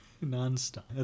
Non-stop